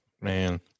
Man